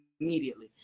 immediately